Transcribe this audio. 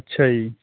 ਅੱਛਾ ਜੀ